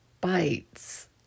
Bites